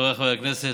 חבריי חברי הכנסת,